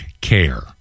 care